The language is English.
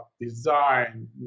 design